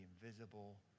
invisible